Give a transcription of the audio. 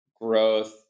growth